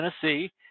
Tennessee